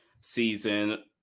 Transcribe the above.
season